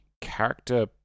character